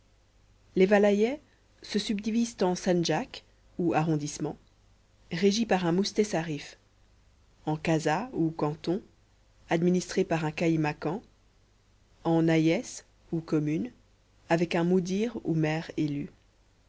les vilayets se subdivisent en sandjaks ou arrondissements régis par un moustesarif en kazas ou cantons administrés par un caïmacan en nahiës ou communes avec un moudir ou maire élu